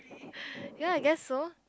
ya I guess so